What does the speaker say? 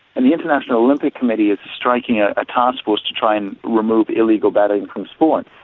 and the international olympic committee is striking a ah task force to try and remove illegal betting from sport,